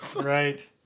right